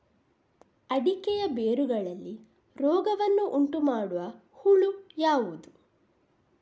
ಅಡಿಕೆಯ ಬೇರುಗಳಲ್ಲಿ ರೋಗವನ್ನು ಉಂಟುಮಾಡುವ ಹುಳು ಯಾವುದು?